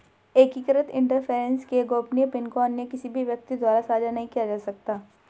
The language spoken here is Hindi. एकीकृत इंटरफ़ेस के गोपनीय पिन को अन्य किसी भी व्यक्ति द्वारा साझा नहीं किया जा सकता